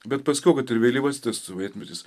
bet paskiau kad ir vėlyvasis sovietmetis